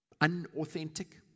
Unauthentic